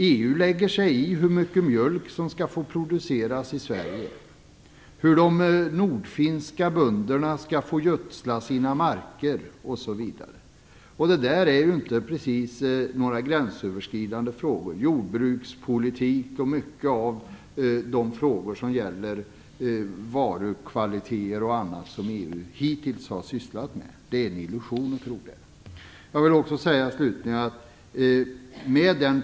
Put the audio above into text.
EU lägger sig i hur mycket mjölk som skall få produceras i Sverige, hur de nordfinska bönderna skall få gödsla sina marker osv. Jordbrukspolitik och många av de frågor om varukvaliteter och annat som EU hittills har sysslat med - det är ju inte precis några gränsöverskridande frågor. Det är en illusion att tro det.